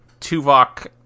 Tuvok